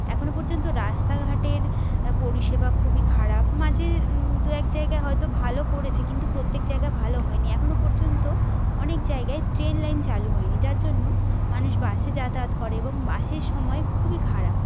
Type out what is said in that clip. এখনো পর্যন্ত রাস্তাঘাটের পরিষেবা খুবই খারাপ মাঝে দু এক জায়গায় হয়তো ভালো করেছে কিন্তু প্রত্যেক জায়গা ভালো হয় নি এখনো পর্যন্ত অনেক জায়গায় ট্রেন লাইন চালু হয় নি যার জন্য মানুষ বাসে যাতায়াত করে এবং বাসের সময় খুবই খারাপ